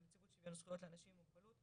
נציבות שוויון זכויות לאנשים עם מוגבלות,